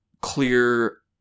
clear